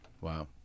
Wow